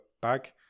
bag